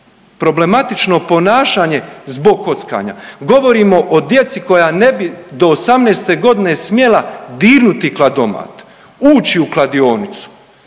problematično ponašanje zbog kockanja. Govorimo o djeci koja ne bi do 18 godine smjela dirnuti kladomat, ući u kladionicu.